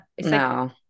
No